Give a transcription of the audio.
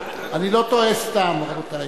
רבותי,